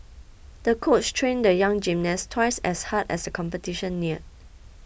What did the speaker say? the coach trained the young gymnast twice as hard as the competition neared